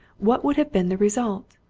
what would have been the result?